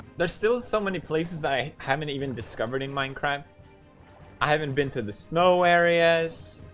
there's still so many places i haven't even discovered him mine crime i haven't been to the snow areas.